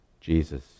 Jesus